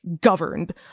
governed